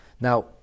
Now